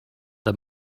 the